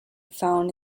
found